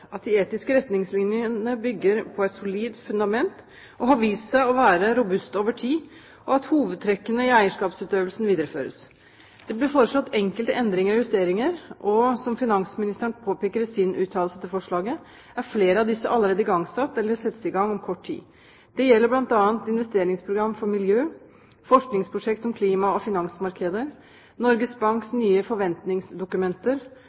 at de etiske retningslinjene bygger på et solid fundament og har vist seg å være robuste over tid, og at hovedtrekkene i eierskapsutøvelsen videreføres. Det ble foreslått enkelte endringer og justeringer, og som finansministeren påpeker i sin uttalelse til forslaget, er flere av disse allerede igangsatt eller skal settes i gang om kort tid. Det gjelder bl.a.: investeringsprogram for miljø forskningsprosjekt om klima og finansmarkeder Norges